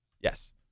Yes